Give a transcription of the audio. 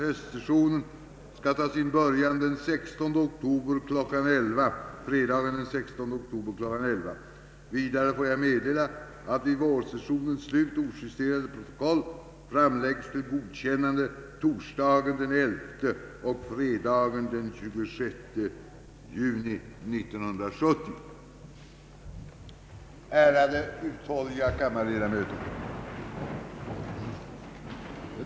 Ärade uthålliga kammarledamöter!